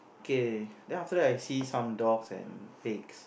okay then after that I see some dogs and pigs